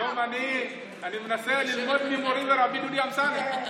היום אני מנסה ללמוד ממורי ורבי דודי אמסלם.